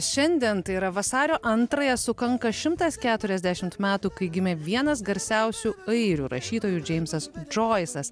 šiandien tai yra vasario antrąją sukanka šimtas keturiasdešimt metų kai gimė vienas garsiausių airių rašytojų džeimsas džoisas